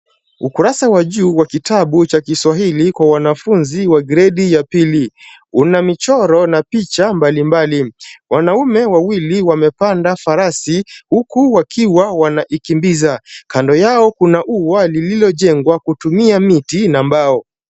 Ukurasa wa juu wa kitabu cha Kiswahili kwa wanafunzi wa gredi ya pili. Una michoro na picha mbalimbali. Wanaume wawili wamepanda farasi huku wakiwa wanaikimbiza. Kando yao kuna ua lililojengwa kutumia miti na mbao.